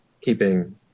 keeping